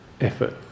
effort